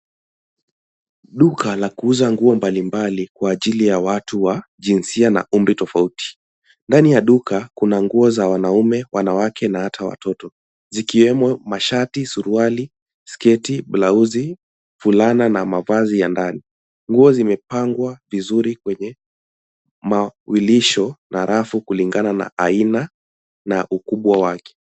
Duka la kuuza nguo mbali mbali kwa ajili ya watu wa jinsia na umri tofauti. Ndani ya duka kuna nguo za wanaume, wanawake na hata watoto zikiwemo mashati, suruali, sketi, blausi, fulana na mavazi ya ndani. Nguo zimepangwa vizuri kwenye mawilisho na rafu kulingana na aina na ukubwa wake.